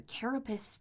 carapace